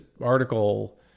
article